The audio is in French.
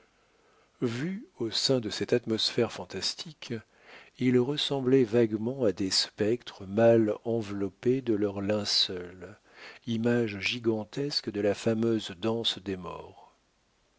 vus au sein de cette atmosphère fantastique ils ressemblaient vaguement à des spectres mal enveloppés de leurs linceuls image gigantesque de la fameuse danse des morts